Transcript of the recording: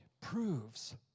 proves